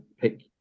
pick